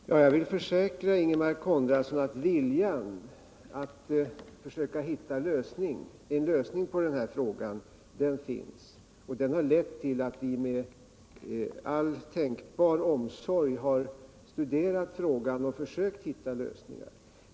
Herr talman! Jag vill försäkra Ingemar Konradsson att viljan finns att försöka hitta en lösning på frågan. Den har lett till att vi med all tänkbar omsorg har studerat frågan och försökt hitta lösningar.